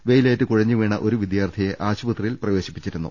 വെയി ലേറ്റ് കുഴഞ്ഞു വീണ ഒരു വിദ്യാർഥിയെ ആശുപത്രിയിൽ പ്രവേ ശിപ്പിച്ചിരുന്നു